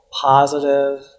positive